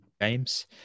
games